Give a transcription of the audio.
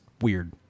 weird